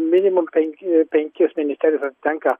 minimum penki penkios ministerijos tenka